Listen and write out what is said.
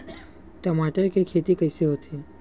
टमाटर के खेती कइसे होथे?